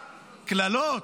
קללות,